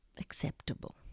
acceptable